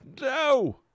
no